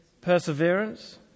Perseverance